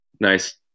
nice